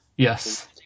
Yes